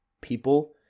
people